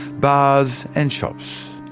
bars, and shops.